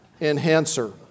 enhancer